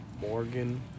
Morgan